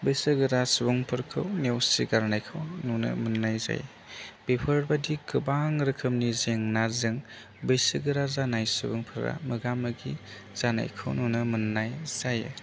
बैसो गोरा सुबुंफोरखौ नेवसिगारनायखौ नुनो मोन्नाय जायो बेफोरबायदि गोबां रोखोमनि जेंनाजों बैसो गोरा जानाय सुबुंफोरा मोगा मोगि जानायखौ नुनो मोननाय जायो